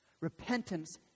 Repentance